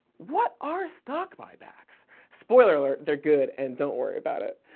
what are stock buybacks? spoiler alert they're good, and don't worry about it.